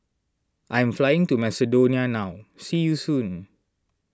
I am flying to Macedonia now see you soon